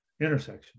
intersection